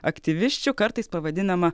aktyvisčių kartais pavadinama